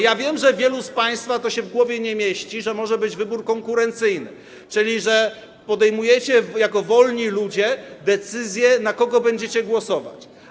Ja wiem, że wielu z państwa to się w głowie nie mieści, że może być wybór konkurencyjny, czyli że podejmujecie jako wolni ludzie decyzję, na kogo będziecie głosować.